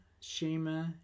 Shema